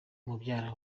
mubyara